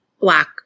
Black